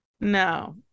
No